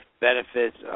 benefits